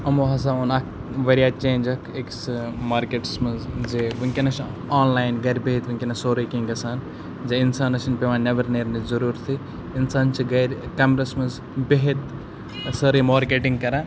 یِمو ہَسا اوٚن اَکھ واریاہ چینٛج اَکھ أکِس مارکیٹَس منٛز زِ وٕنکٮ۪نَس چھِ آن لاین گَرِ بِہِتھ وٕنکٮ۪نَس سورُے کینٛہہ گژھان زِ اِنسانَس چھِنہٕ پٮ۪وان نٮ۪بر نیرنٕچ ضروٗرتھٕے اِنسان چھِ گَرِ کمرَس منٛز بیٚہِتھ سٲرٕے مارکیٚٹِنٛگ کَران